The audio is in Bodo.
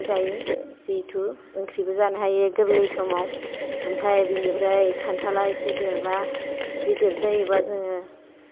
ओंख्रिबो जायो जेहेथु ओंख्रिबो जानो हायो गोर्लै समाव आमफाइ बेनिफ्राय खान्थाला एसे देरबा गिदिर जायोबा जोङो